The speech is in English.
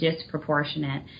disproportionate